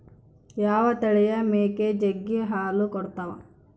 ಯಾವ ತಳಿಯ ಮೇಕೆ ಜಗ್ಗಿ ಹಾಲು ಕೊಡ್ತಾವ?